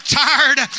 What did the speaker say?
tired